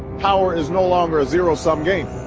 power is no longer a zero-sum game.